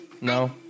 No